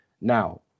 Now